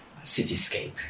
cityscape